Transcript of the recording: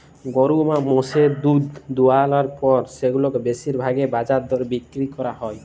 গরু বা মোষের দুহুদ দুয়ালর পর সেগুলাকে বেশির ভাগই বাজার দরে বিক্কিরি ক্যরা হ্যয়